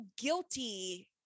guilty